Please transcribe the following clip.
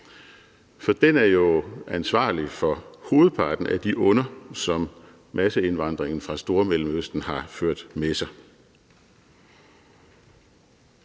For den er jo ansvarlig for hovedparten af de onder, som masseindvandringen fra Stormellemøsten har ført med sig.